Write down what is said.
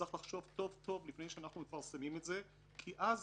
צריך לחשוב טוב טוב לפני שאנחנו מפרסמים את זה כי אז